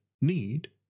need